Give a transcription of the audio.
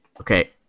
Okay